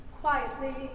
quietly